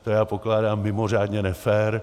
To já pokládám za mimořádně nefér.